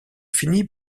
finit